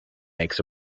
makes